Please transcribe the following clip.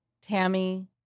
Tammy